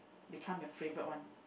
become your favourite one